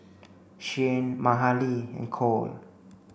Shianne Mahalie and Cole